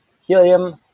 helium